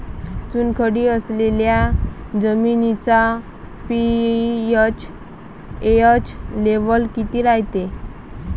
चुनखडी असलेल्या जमिनीचा पी.एच लेव्हल किती रायते?